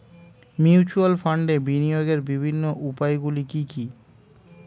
Mutual ফান্ডে বিনিয়োগের বিভিন্ন উপায়গুলি কি কি?